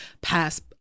past